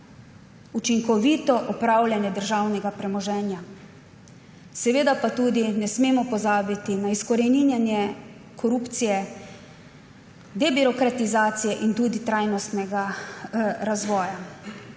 učinkovito upravljanje državnega premoženja. Seveda pa ne smemo pozabiti na izkoreninjenje korupcije, debirokratizacijo in na trajnostni razvoj.